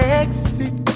exit